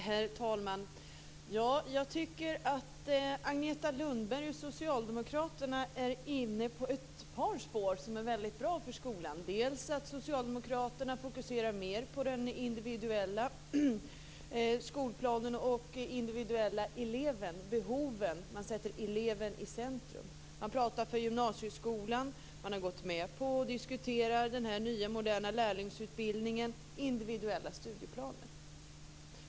Herr talman! Jag tycker att Agneta Lundberg och socialdemokraterna är inne på ett par spår som är väldigt bra för skolan. Det gäller bl.a. att socialdemokraterna fokuserar mer på den individuella skolplanen och på den individuella elevens behov - man sätter eleven i centrum. Man pratar för gymnasieskolan. Man har gått med på och diskuterar den nya moderna lärlingsutbildningen och individuella studieplaner.